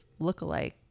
lookalike